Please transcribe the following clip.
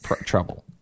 trouble